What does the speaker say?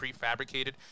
prefabricated